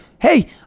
hey